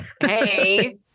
Hey